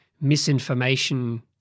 misinformation